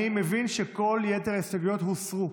אני מבין שכל יתר ההסתייגויות הוסרו.